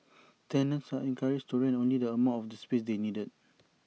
tenants are encouraged to rent only the amount of space they need